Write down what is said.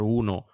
uno